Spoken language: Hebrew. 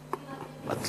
אתה יודע,